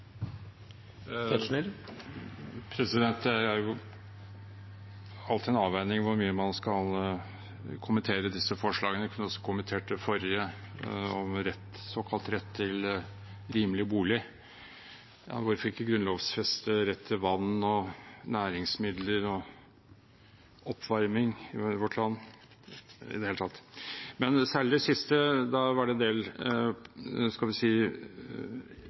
alltid en avveining hvor mye man skal kommentere disse forslagene – jeg kunne også kommentert det forrige, om såkalt rett til rimelig bolig. Og hvorfor ikke grunnlovfeste rett til vann, næringsmidler og oppvarming i vårt land – i det hele tatt? Men særlig til dette forslaget: Der var det en del, skal vi si,